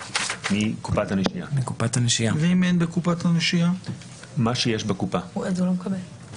בכמה אחוזים בתיקי היחידים השכר שבסוף ניתן מקופת הנשייה הוא נמוך משכר